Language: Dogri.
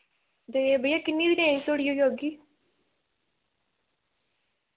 ते भैया किन्नी रेंज धोड़ी होई जागी